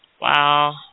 Wow